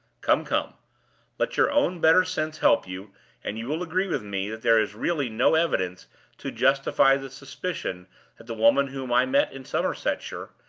come! come let your own better sense help you and you will agree with me that there is really no evidence to justify the suspicion that the woman whom i met in somersetshire,